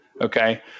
Okay